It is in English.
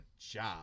job